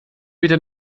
meter